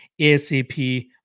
asap